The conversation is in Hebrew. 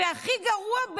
והכי גרוע,